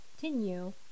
continue